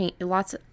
lots